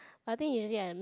I think usually I